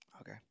Okay